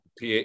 PA